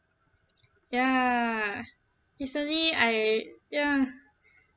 ya recently I ya